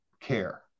care